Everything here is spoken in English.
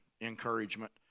encouragement